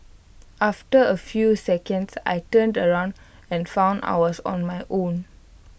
after A few seconds I turned around and found I was on my own